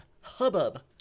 hubbub